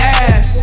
ass